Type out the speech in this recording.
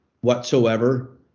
whatsoever